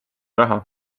raha